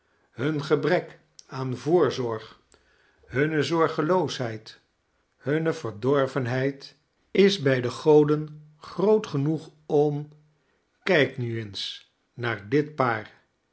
staathuishoudkunde hungebrek aan voorzorg hunne zorgeloosheid hunne verdorvenheid is bij de goden groot genoeg om kijk nu eens naar dit paar